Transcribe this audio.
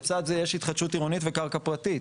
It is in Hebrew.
לצד זה יש התחדשות עירונית וקרקע פרטית.